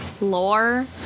lore